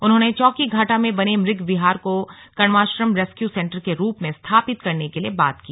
उन्होंने चौकीघाटा में बने मग विहार को कण्वाश्रम रेस्क्यू सेन्टर के रूप में स्थापित करने के लिए बात की